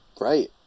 right